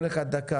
כל אחד דקה.